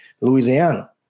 Louisiana